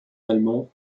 allemands